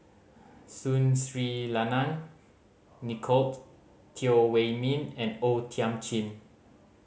Sun Sri Lanang Nicolette Teo Wei Min and O Thiam Chin